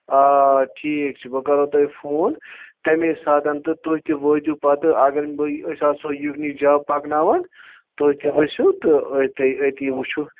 آ ٹھیٖک چھُ بہٕ کَرو تۄہہِ فون تَمے ساتَن تہٕ تُہۍ تہِ وٲتِو پَتہٕ اَگر بہٕ أسۍ آسو یُکنُے جَب پکناوان تُہۍ تہِ ؤسِو تہٕ أتی وٕچھو